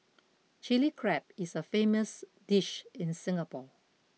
Chilli Crab is a famous dish in Singapore